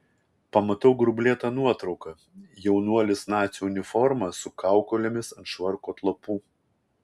pamatau grublėtą nuotrauką jaunuolis nacių uniforma su kaukolėmis ant švarko atlapų